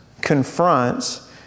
confronts